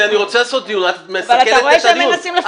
אני רוצה לקיים דיון, את מסכלת את הדיון.